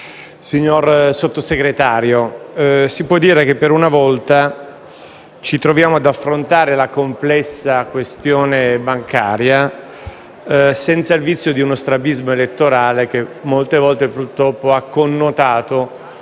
signor Sottosegretario, si può dire che per una volta ci troviamo ad affrontare la complessa questione bancaria senza il vizio di uno strabismo elettorale che molte volte, purtroppo, ha connotato